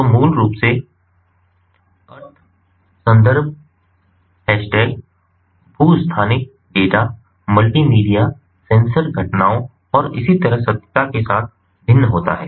तो मूल रूप से अर्थ संदर्भ हैशटैग भू स्थानिक डेटा मल्टीमीडिया सेंसर घटनाओं और इसी तरह सत्यता के साथ भिन्न होता है